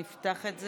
נתקבל.